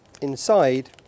inside